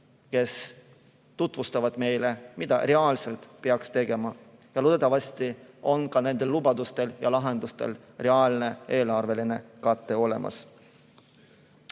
kes tutvustavad meile, mida reaalselt peaks tegema. Ja loodetavasti on ka nendel lubadustel ja lahendustel reaalne eelarveline kate olemas.